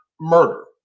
murder